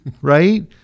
right